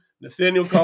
Nathaniel